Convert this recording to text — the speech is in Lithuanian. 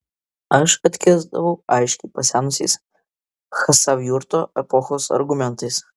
aš atkirsdavau aiškiai pasenusiais chasavjurto epochos argumentais